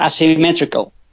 asymmetrical